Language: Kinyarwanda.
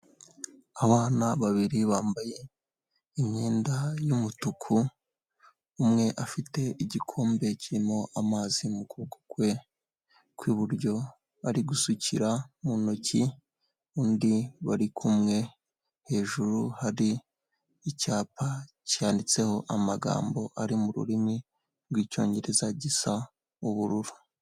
Abana babiri bambaye imyenda y'umutuku, umwe afite igikombe kirimo amazi mu kuboko kwe kw'iburyo, ari gusukira mu ntoki undi bari kumwe, hejuru hari icyapa cyanditseho amagambo ari mu rurimi rw'Icyongereza gisa ubururu.